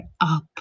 up